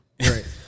Right